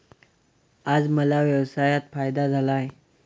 आज मला व्यवसायात फायदा झाला आहे